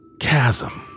chasm